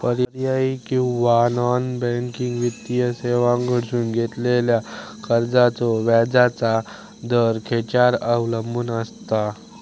पर्यायी किंवा non banking वित्तीय सेवांकडसून घेतलेल्या कर्जाचो व्याजाचा दर खेच्यार अवलंबून आसता?